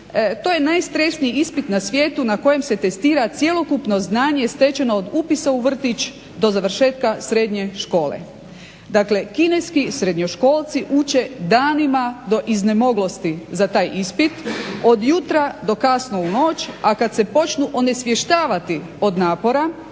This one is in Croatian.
To je najstresniji ispit na svijetu na kojem se testira cjelokupno znanje stečeno od upisa u vrtić do završetka srednje škole. Dakle, kineski srednjoškolci uče danima do iznemoglosti za taj ispit od jutra do kasno u noć, a kad se počnu onesvještavati od napora